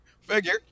Figure